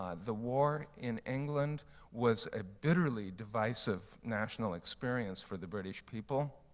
ah the war in england was a bitterly divisive national experience for the british people.